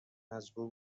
مجبور